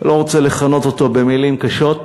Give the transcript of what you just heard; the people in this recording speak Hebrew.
אני לא רוצה לכנות אותו במילים קשות,